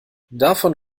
davon